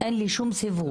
אין לי שום סיווג.